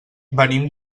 venim